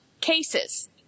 cases